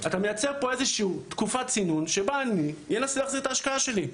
אתה מייצר פה איזושהי תקופת צינון שבה אני אנסה להחזיר את ההשקעה שלי.